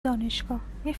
دانشگاهمی